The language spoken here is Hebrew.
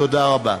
תודה רבה.